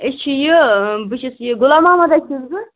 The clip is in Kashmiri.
أسۍ چھِ یہِ بہٕ چھَس یہِ غلام محمد حظ چھس بہٕ